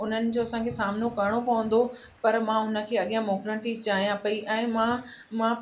उन्हनि जो असांखे सामिनो करिणो पवंदो पर मां उन खे अॻियां मोकिलिण थी चाहियां पई ऐं मां मां